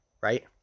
right